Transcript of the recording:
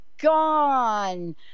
gone